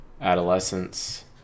adolescence